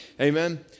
Amen